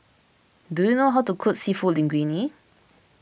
do you know how to cook Seafood Linguine